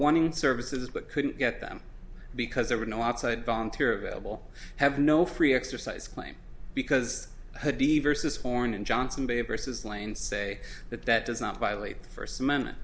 wanting services but couldn't get them because there were no outside volunteer available have no free exercise claim because hoodie versus horn and johnson vaporises lane say that that does not violate the first amendment